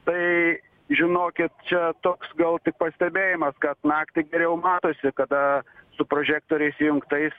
tai žinokit čia toks gal tik pastebėjimas kad naktį geriau matosi kada su prožektoriais įjungtais